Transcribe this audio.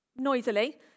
noisily